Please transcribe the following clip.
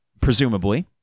presumably